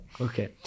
Okay